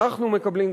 אנחנו מקבלים,